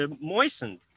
moistened